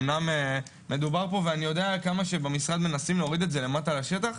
אני יודע כמה במשרד מנסים להוריד את זה לשטח.